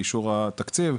באישור התקציב,